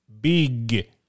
big